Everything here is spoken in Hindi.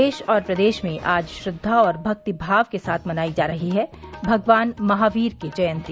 देश और प्रदेश में आज श्रद्वा और भक्ति भाव के साथ मनाई जा रही है भगवान महावीर की जयंती